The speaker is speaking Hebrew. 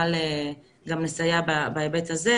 תוכל גם לסייע בהיבט הזה.